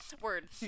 Word